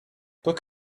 book